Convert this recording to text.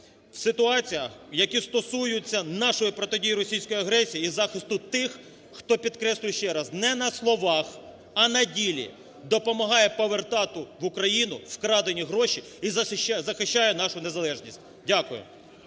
в ситуаціях, які стосуються нашої протидії російській агресії і захисту тих, хто, підкреслюю ще раз, не на словах, а на ділі допомагає повертати в Україну вкрадені гроші і захищає нашу незалежність. Дякую.